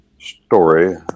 story